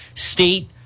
State